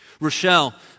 Rochelle